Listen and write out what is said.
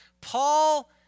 Paul